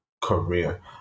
career